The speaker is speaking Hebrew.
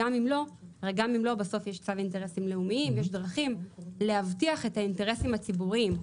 יש דרכים להבטיח את האינטרסים הציבוריים.